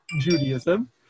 Judaism